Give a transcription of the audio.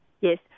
Yes